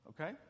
okay